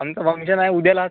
आमचं फंक्शन आहे उद्यालाच